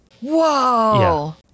Whoa